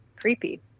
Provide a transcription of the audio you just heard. Creepy